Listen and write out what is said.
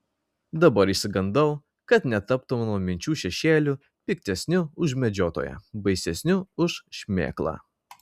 dabar išsigandau kad netaptų mano minčių šešėliu piktesniu už medžiotoją baisesniu už šmėklą